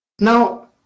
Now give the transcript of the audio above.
now